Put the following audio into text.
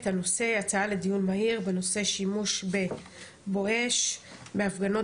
הנושא הצעה לדיון מהיר בנושא שימוש ב"בואש" בהפגנות